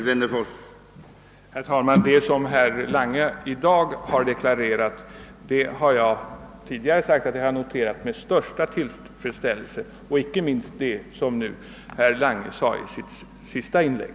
Herr talman! Jag har tidigare framhållit att jag med största tillfredsställelse noterat vad herr Lange sagt i dag. Det gäller inte minst det han framhöll i sitt senaste inlägg.